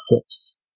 fix